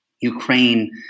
Ukraine